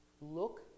look